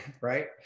right